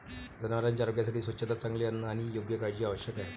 जनावरांच्या आरोग्यासाठी स्वच्छता, चांगले अन्न आणि योग्य काळजी आवश्यक आहे